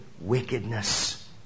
wickedness